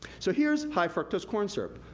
so, here's high fructose corn syrup.